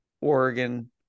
Oregon